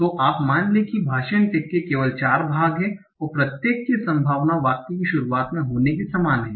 तो मान लें कि भाषण टैग के केवल 4 भाग हैं और प्रत्येक की संभावना वाक्य की शुरुआत में होने की समान है